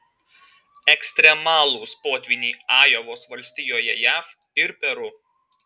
ekstremalūs potvyniai ajovos valstijoje jav ir peru